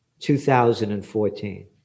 2014